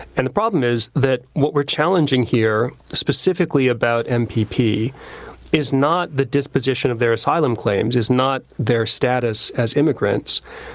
and the problem is that what we're challenging here specifically about and mpp is not the disposition of their asylum claims, is not their status as immigrants.